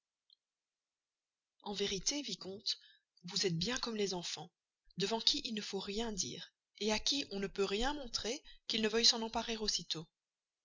en vérité vicomte vous êtes bien comme les enfants devant qui il ne faut rien dire à qui on ne peut rien montrer qu'ils ne veuillent s'en emparer